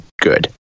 good